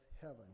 heaven